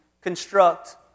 construct